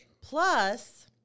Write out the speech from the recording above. Plus